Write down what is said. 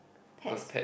pets